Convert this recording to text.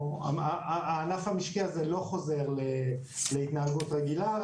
הענף המשקי הזה לא חוזר להתנהגות רגילה.